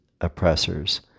oppressors